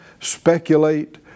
speculate